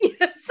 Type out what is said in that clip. Yes